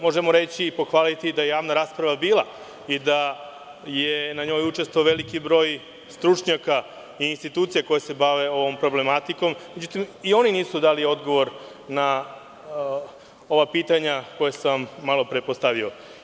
Možemo reći i pohvaliti da je javna rasprava bila i da je na njoj učestvovao veliki broj stručnjaka i institucija koje se bave ovom problematikom, međutim i oni nisu dali odgovor na ova pitanja koja sam malopre postavio.